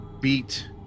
beat